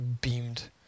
beamed